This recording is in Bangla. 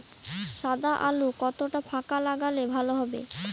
সাদা আলু কতটা ফাকা লাগলে ভালো হবে?